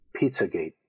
Pizzagate